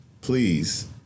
please